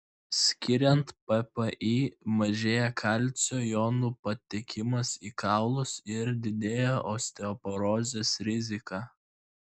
skiriant ppi mažėja kalcio jonų patekimas į kaulus ir didėja osteoporozės rizika